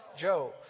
Joe